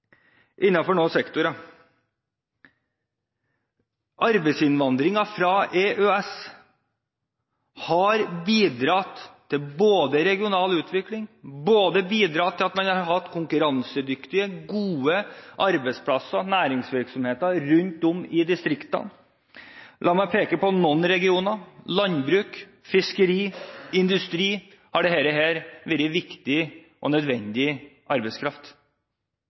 sektorer. Arbeidsinnvandringen fra EØS har bidratt til regional utvikling – bidratt til at man har hatt konkurransedyktige næringsvirksomheter og gode arbeidsplasser rundt om i distriktene. La meg peke på at i noen regioner har dette vært viktig og nødvendig arbeidskraft innenfor landbruk, fiskeri og industri.